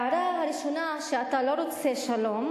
ההערה הראשונה, שאתה לא רוצה שלום,